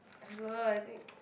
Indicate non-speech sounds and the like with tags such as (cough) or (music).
I don't know I think (noise)